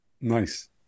Nice